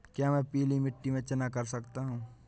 क्या मैं पीली मिट्टी में चना कर सकता हूँ?